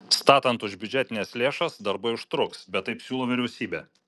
statant už biudžetines lėšas darbai užtruks bet taip siūlo vyriausybė